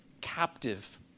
captive